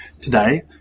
Today